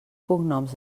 cognoms